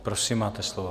Prosím, máte slovo.